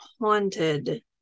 haunted